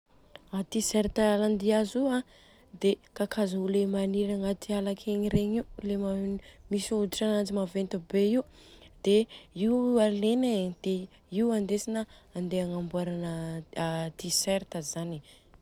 T-shirt landihazo a dia kakazo ilay maniry agnaty ala akegny ilay ma- misy hoditra ananjy maventy be io dia io alena e dia io andesina handeha agnamboarana a t-shirt zany.